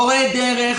מורי דרך,